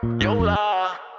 YOLA